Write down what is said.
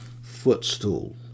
footstool